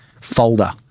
folder